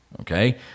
okay